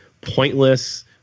pointless